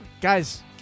Guys